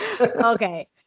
Okay